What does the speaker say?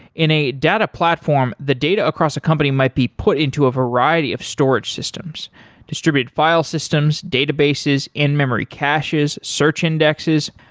in a data platform, the data across a company might be put into a variety of storage systems distributed file systems, databases, in-memory caches, search indexes,